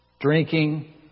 Drinking